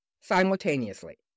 simultaneously